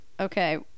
okay